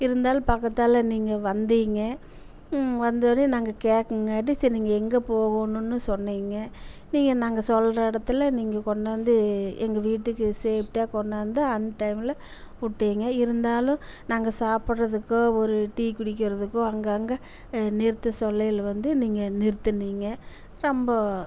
இருந்தாலும் பக்கத்தில் நீங்கள் வந்தீங்க வந்தோனையே நாங்கள் கேக்கங்காட்டியும் சரி நீங்கள் எங்கே போகுணுன்னு சொன்னீங்க நீங்கள் நாங்கள் சொல்கிற இடத்துல நீங்கள் கொண்டாந்து எங்கள் வீட்டுக்கு ஸேஃப்டியாக கொண்டாந்து அன் டைமில் விட்டிங்க இருந்தாலும் நாங்கள் சாப்பிட்றதுக்கோ ஒரு டீ குடிக்கிறதுக்கோ அங்கங்கே நிறுத்த சொல்லையில் வந்து நீங்கள் நிறுத்துனீங்க ரொம்ப